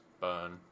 burn